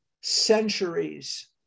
Centuries